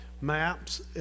MAPS